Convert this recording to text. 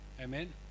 amen